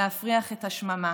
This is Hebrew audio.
להפריח את השממה.